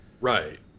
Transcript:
Right